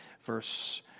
Verse